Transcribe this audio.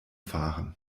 fahren